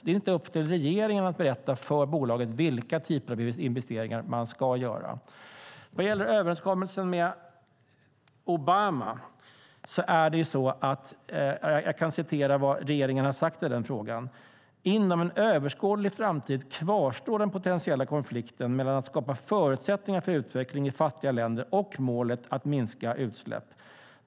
Det är inte upp till regeringen att berätta för bolaget vilka typer av investeringar som ska göras. Vad gäller överenskommelsen med Obama kan jag upprepa vad regeringen har sagt i frågan: Inom en överskådlig framtid kvarstår den potentiella konflikten mellan att skapa förutsättningar för utveckling i fattiga länder och målet att minska utsläpp.